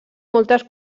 moltes